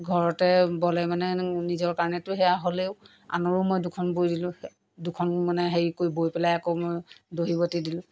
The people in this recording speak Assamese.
ঘৰতে বলে মানে নিজৰ কাৰণেতো সেয়া হ'লেও আনৰো মই দুখন বৈ দিলোঁ দুখন মানে হেৰি কৰি বৈ পেলাই আকৌ মই দহি বটি দিলোঁ